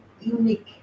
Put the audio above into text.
unique